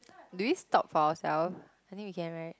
do we stop for ourself I think we can right